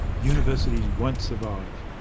universities won't survive.